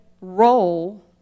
role